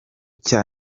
cya